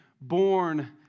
born